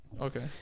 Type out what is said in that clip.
Okay